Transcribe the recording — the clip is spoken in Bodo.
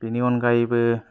बेनि अनगायैबो